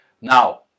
Now